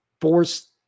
Force